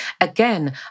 again